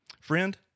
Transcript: Friend